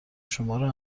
شمارو